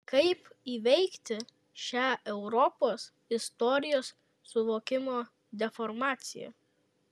kaip įveikti šią europos istorijos suvokimo deformaciją